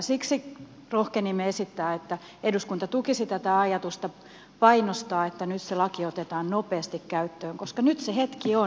siksi rohkenimme esittää että eduskunta tukisi tätä ajatusta painostaa että nyt se laki otetaan nopeasti käyttöön koska nyt se hetki on